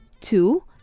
Two